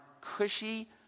cushy